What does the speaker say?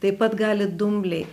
taip pat gali dumbliai